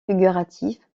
figuratif